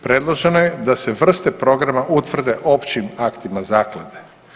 Predloženo je da se vrste programa utvrde općim aktima zaklade.